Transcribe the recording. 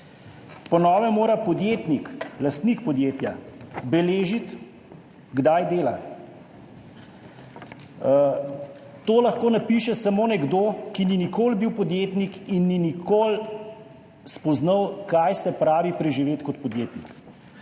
Po novem mora podjetnik, lastnik podjetja beležiti, kdaj dela. To lahko napiše samo nekdo, ki ni nikoli bil podjetnik in ni nikoli spoznal, kaj se pravi preživeti kot podjetnik.